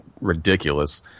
ridiculous